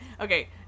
okay